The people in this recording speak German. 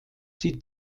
sie